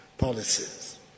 policies